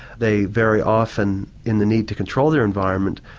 they very often, in the need to control their environment,